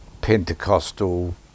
Pentecostal